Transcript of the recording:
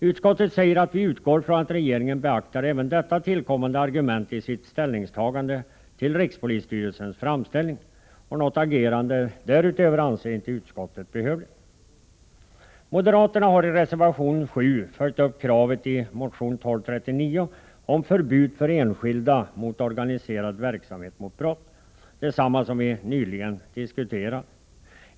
Utskottet säger att man utgår från att regeringen beaktar även detta tillkommande argument i sitt ställningstagande till rikspolisstyrelsens framställning. Något agerande därutöver anser inte utskottet behövligt. Moderaterna har i reservation 7 följt upp kravet i motion 1239 om förbud för enskilda mot organiserad verksamhet mot brott, detsamma som vi nyligen diskuterade.